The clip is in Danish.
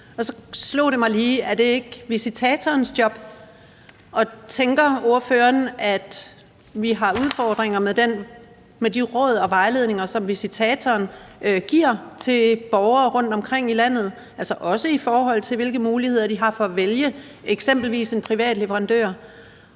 Og så slog det mig lige: Er det ikke visitatorens job? Og tænker ordføreren, at vi har udfordringer med de råd og vejledninger, som visitatoren giver til borgere rundtomkring i landet, også i forhold til hvilke muligheder de har for at vælge eksempelvis en privat leverandør?